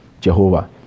Jehovah